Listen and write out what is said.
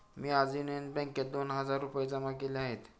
मी आज युनियन बँकेत दोन हजार रुपये जमा केले आहेत